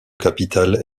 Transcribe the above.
capital